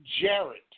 Jared